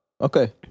Okay